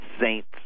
saints